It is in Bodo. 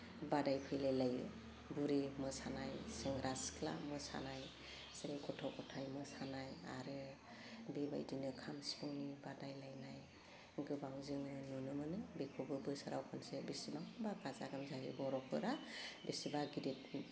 बादाय फैलाय लायो बुरि मोसानाय सेंग्रा सिख्ला मोसानाय जेरै गथ' गथाय मोसानाय आरो बेबायदिनो खाम सिफुंनि बादायलायनाय गोबां जोङो नुनो मोनो बेखौबो बोसोराव खनसे बेसेबांबा गाजा गोमजायै बर'फोरा बेसेबा गिदिद